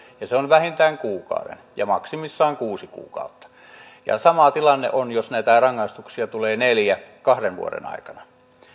ja se on pois vähintään kuukauden ja maksimissaan kuusi kuukautta sama tilanne on jos näitä rangaistuksia tulee neljä kahden vuoden aikana